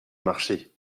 marcher